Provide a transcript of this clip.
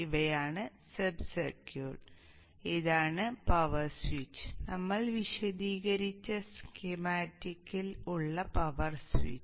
ഇവയാണ് sub circuit ഇതാണ് power switch നമ്മൾ വിശദീകരിച്ച സ്കീമാറ്റിക്കിൽ ഉള്ള പവർ സ്വിച്ച്